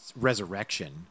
Resurrection